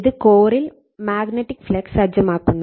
ഇത് കോറിൽ magnetic flux സജ്ജമാക്കുന്നു